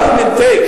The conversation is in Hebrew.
ה-government take,